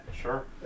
sure